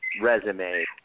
resume